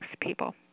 people